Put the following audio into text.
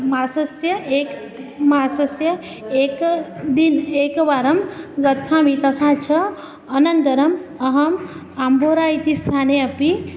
मासस्य एकः मासस्य एके दिने एकवारं गच्छामि तथा च अनन्तरम् अहम् आम्बोरा इति स्थाने अपि